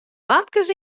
famkes